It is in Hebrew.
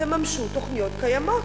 תממשו תוכניות קיימות.